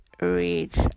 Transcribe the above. reach